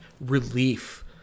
relief